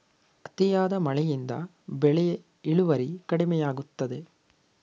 ಅತಿಯಾದ ಮಳೆಯಿಂದ ಬೆಳೆಯ ಇಳುವರಿ ಕಡಿಮೆಯಾಗುತ್ತದೆ